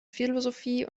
philosophie